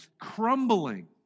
crumbling